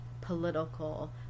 political